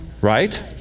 Right